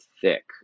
thick